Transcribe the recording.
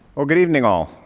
well, good evening, all.